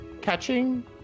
catching